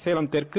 சேலம் தெற்கு